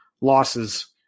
losses